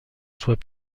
soit